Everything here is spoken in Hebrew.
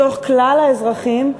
מתוך כלל האזרחים,